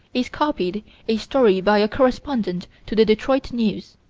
is copied a story by a correspondent to the detroit news,